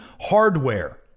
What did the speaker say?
hardware